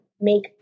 make